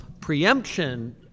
preemption